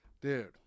Dude